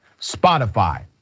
Spotify